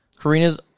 Karina's